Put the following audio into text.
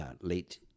late